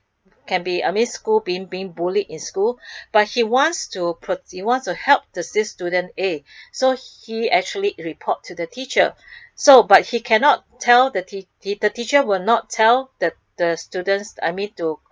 can be I mean school being being bullied in school but he wants to pro~ he wants to help the this student A so he actually report to the teacher so but he cannot tell the tea~ the teacher would not tell the the students I mean to